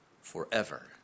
forever